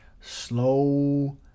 Slow